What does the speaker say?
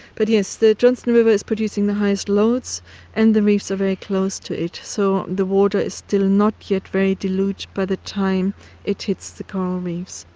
but yes, the johnstone river is producing the highest loads and the reefs are very close to it, so water is still not yet very dilute by the time it hits the coral reefs.